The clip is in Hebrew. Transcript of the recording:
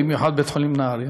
במיוחד בית-החולים נהריה,